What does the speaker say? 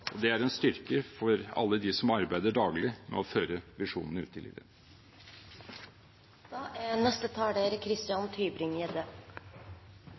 Det er en styrke for alle dem som arbeider daglig med å føre visjonene ut i livet. Takk til utviklingsministeren for redegjørelsen. Jeg er